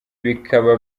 bikaba